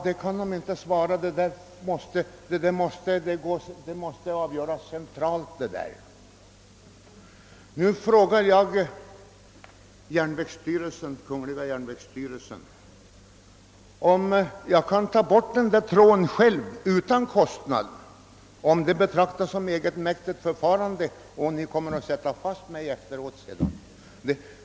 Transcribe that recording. De kunde inte svara därför att saken måste avgöras centralt. Nu frågar jag representanten för kungl. järnvägsstyrelsen, om jag kan ta bor! tråden själv utan att det kostar SJ något eller om detta betraktas som egenmäktigt förfarande, så att jag sätts fast efteråt?